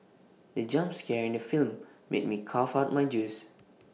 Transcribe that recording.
the jump scare in the film made me cough out my juice